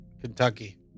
kentucky